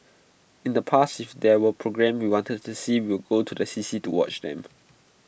in the past if there were programmes we wanted to see we would go to the C C to watch them